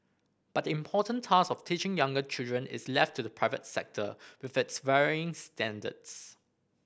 but the important task of teaching younger children is left to the private sector with its varying standards